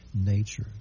nature